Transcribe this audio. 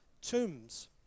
tombs